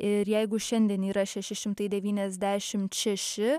ir jeigu šiandien yra šeši šimtai devyniasdešimt šeši